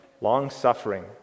long-suffering